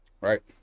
Right